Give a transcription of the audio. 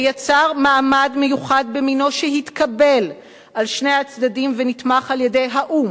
ויצר מעמד מיוחד במינו שהתקבל על שני הצדדים ונתמך על-ידי האו"ם,